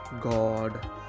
God